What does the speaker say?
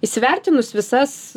įsivertinus visas